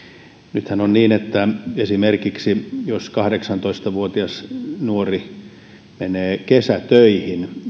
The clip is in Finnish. nythän on usein niin että jos esimerkiksi kahdeksantoista vuotias nuori menee kesätöihin